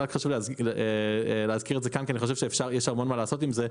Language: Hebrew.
רק חשוב להזכיר את זה כאן כי אני חושב שיש המון מה לעשות עם זה.